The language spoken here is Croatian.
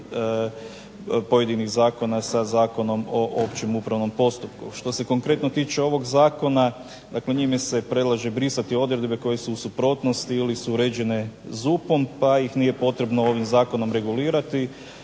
pojedinih zakona sa Zakonom o općem upravnom postupku. Što se konkretno tiče ovog zakona dakle njime se predlaže brisati odredbe koje su u suprotnosti ili su uređene ZUP-om pa ih nije potrebno ovim zakonom regulirati,